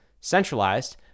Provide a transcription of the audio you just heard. centralized